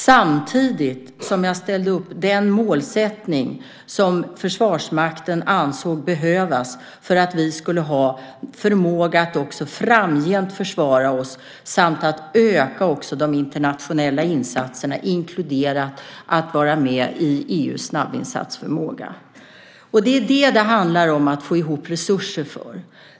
Samtidigt ställde jag upp den målsättning som Försvarsmakten ansåg behövdes för att vi skulle ha förmåga att också framgent försvara oss samt öka de internationella insatserna, inklusive vara med i EU:s snabbinsatsförmåga. Det är det som det handlar om att få ihop resurser för.